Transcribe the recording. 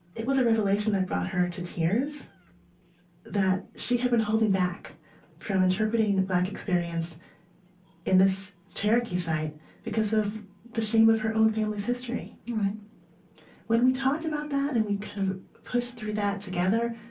it was a revelation that brought her to tears that she had been holding back from interpreting the black experience in this cherokee site because of the shame of her own family's history right when we talked about that and we kind of pushed through that together,